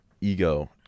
ego